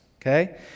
okay